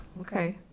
okay